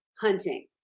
hunting